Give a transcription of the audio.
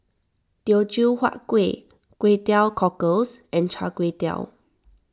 Teochew Huat Kuih Kway Teow Cockles and Char Kway Teow